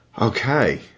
Okay